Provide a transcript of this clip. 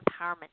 Empowerment